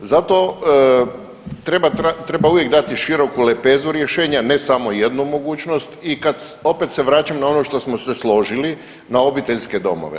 Zato treba, treba uvijek dati široku lepezu rješenja ne samo jednu mogućnost i kad opet se vraćam na ono što smo se složili na obiteljske domove.